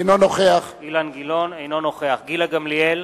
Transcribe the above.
אינו נוכח גילה גמליאל,